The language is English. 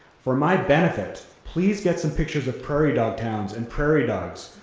for my benefit, please get some pictures of prairie dog towns and prairie dogs.